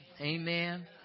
Amen